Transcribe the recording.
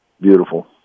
Beautiful